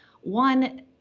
One